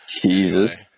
Jesus